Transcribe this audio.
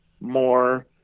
more